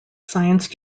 science